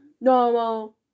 normal